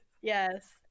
yes